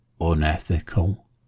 unethical